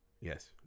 yes